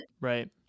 Right